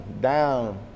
down